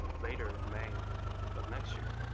later in may of next year